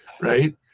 right